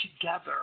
together